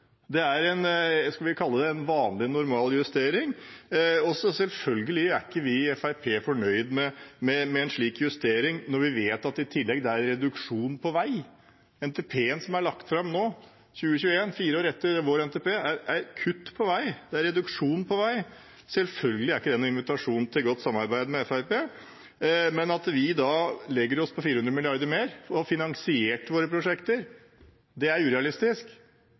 det som lå der. Det er – hva skal vi kalle det – en vanlig, normal justering. Selvfølgelig er ikke vi i Fremskrittspartiet fornøyde med en slik justering når vi vet at det i tillegg er reduksjon til vei. NTP-en som er lagt fram nå, i 2021, fire år etter vår NTP, innebærer kutt til vei, det er reduksjon til vei. Selvfølgelig er ikke det noen invitasjon til godt samarbeid med Fremskrittspartiet. Men det at vi da legger oss på 400 mrd. kr mer og får finansiert våre prosjekter, det